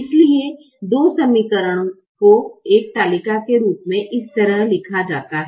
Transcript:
इसलिए दो समीकरण को एक तालिका के रूप में इस तरह लिखा जाता है